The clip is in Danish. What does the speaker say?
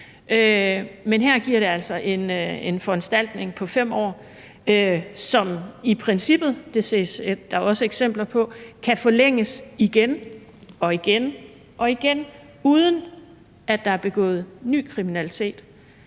men her giver det altså en foranstaltning på 5 år, som i princippet, det ses der også eksempler på, kan forlænges igen og igen og igen, uden at der er blevet begået ny kriminalitet.